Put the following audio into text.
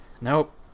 Nope